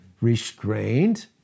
restrained